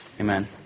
Amen